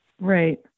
Right